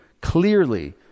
clearly